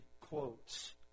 quotes